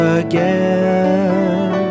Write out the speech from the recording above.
again